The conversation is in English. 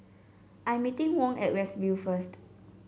I am meeting Wong at West View first